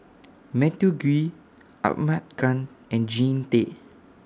Matthew Gui Ahmad Khan and Jean Tay